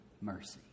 mercy